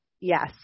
yes